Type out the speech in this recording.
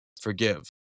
forgive